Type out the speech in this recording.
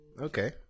Okay